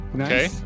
Okay